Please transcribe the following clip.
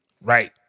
Right